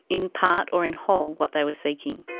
in part or in whole, what they were seeking.